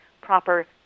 proper